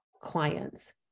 clients